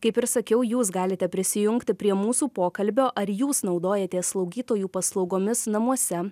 kaip ir sakiau jūs galite prisijungti prie mūsų pokalbio ar jūs naudojatės slaugytojų paslaugomis namuose